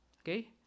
okay